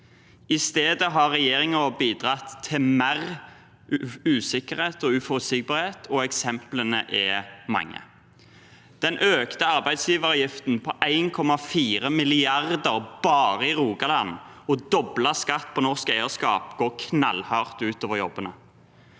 I stedet har regjeringen bidratt til mer usikkerhet og uforutsigbarhet, og eksemplene er mange. Den økte arbeidsgiveravgiften på 1,4 mrd. kr bare i Rogaland og doblet skatt på norsk eierskap går knallhardt ut over jobbene.